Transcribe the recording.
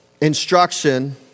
instruction